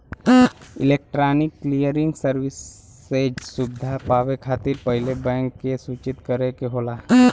electronic clearing services सुविधा पावे खातिर पहिले बैंक के सूचित करे के होला